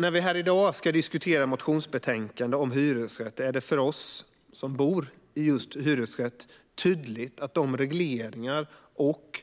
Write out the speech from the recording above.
När vi här i dag ska diskutera motionsbetänkandet om hyresrätter är det för oss som bor i just hyresrätt tydligt att de regleringar och